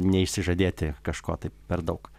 neišsižadėti kažko tai per daug